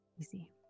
Easy